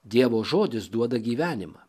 dievo žodis duoda gyvenimą